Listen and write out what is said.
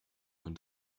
von